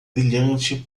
brilhante